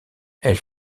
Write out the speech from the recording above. elle